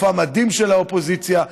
מופע מדהים של האופוזיציה,